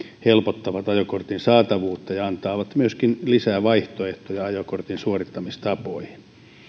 helpottavat ajokortin saatavuutta ja antavat myöskin lisää vaihtoehtoja ajokortin suorittamistapoihin